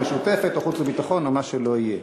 משותפת או חוץ וביטחון או מה שלא יהיה.